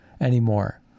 anymore